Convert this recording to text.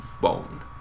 Bone